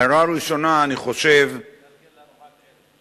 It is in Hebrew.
ההערה הראשונה, ואני חושב, לארגן לארוחת ערב.